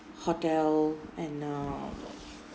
hotel and uh